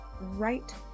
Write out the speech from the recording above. right